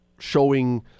showing